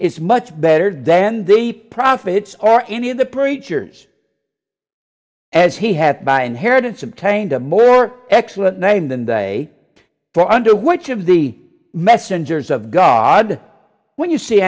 is much better than the profits are any of the preachers as he had by inheritance obtained a more excellent name than they were under which of the messengers of god when you see